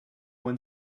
one